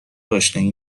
آشنایی